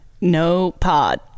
No-pod